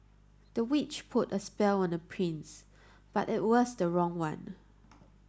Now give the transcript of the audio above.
the witch put a spell on the prince but it was the wrong one